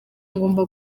ngomba